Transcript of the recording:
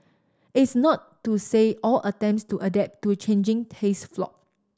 it's not to say all attempts to adapt to changing tastes flopped